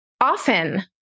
often